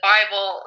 Bible